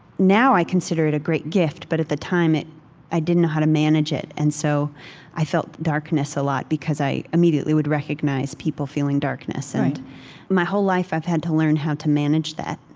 now i consider it a great gift, but at the time, i didn't know how to manage it. and so i felt darkness a lot because i immediately would recognize people feeling darkness. and my whole life, i've had to learn how to manage that.